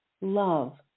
love